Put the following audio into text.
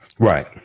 Right